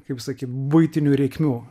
kaip sakei buitinių reikmių